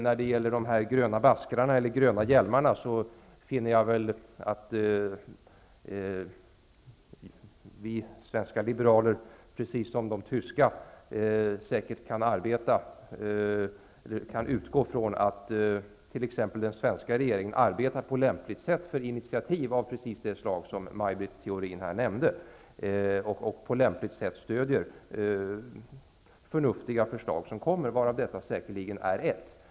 När det gäller de gröna baskrarna, eller gröna hjälmarna, finner jag väl att vi svenska liberaler, precis som de tyska, säkert kan utgå ifrån att t.ex. den svenska regeringen arbetar på lämpligt sätt för initiativ av precis det slag som Maj Britt Theorin nämnde och på lämpligt sätt stöder förnuftiga förslag som kommer, varav detta säkerligen är ett.